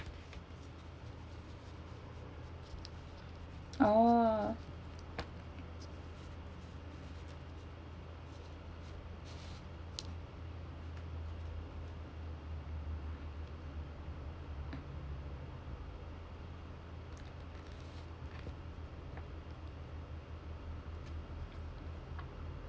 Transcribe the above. oh